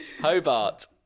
Hobart